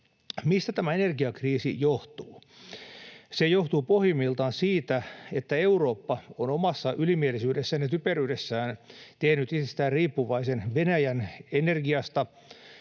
Mistä tämä energiakriisi johtuu? Se johtuu pohjimmiltaan siitä, että Eurooppa on omassa ylimielisyydessään ja typeryydessään tehnyt itsestään riippuvaisen Venäjän energiasta